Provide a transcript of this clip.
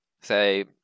say